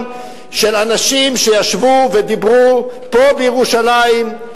של אנשים שישבו ודיברו פה בירושלים.